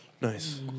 Nice